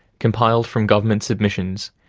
compiled from government submissions,